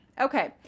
Okay